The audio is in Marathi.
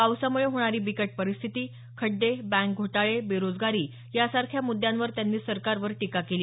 पावसामुळे होणारी बिकट परिस्थिती खड्डे बँक घोटाळे बेरोजगारी यासारख्या मुद्यांवर त्यांनी सरकारवर टीका केली